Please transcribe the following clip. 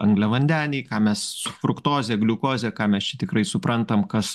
angliavandeniai ką mes fruktozė gliukozė ką mes čia tikrai suprantam kas